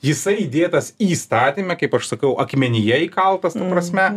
jisai įdėtas įstatyme kaip aš sakau akmenyje įkaltas ta prasme